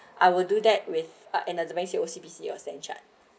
I will do that with art and doesn't means you O_C_B_C or stan chart